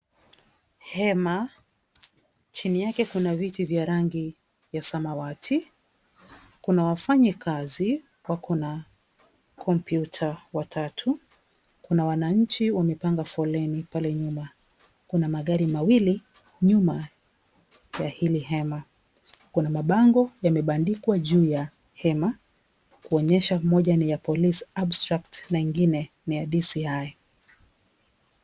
Hema, chini yake kuna viti vya rangi ya samawati, kuna wafanyi kazi, wako na kompyuta watatu, kuna wanainchi wamepanga foleni pale nyuma, kuna magari mawili nyuma ya hili hema, kuna mabango yameandikwa juu ya hema kuonyesha moja ni ya police abstract na nyingine ni ya DCI .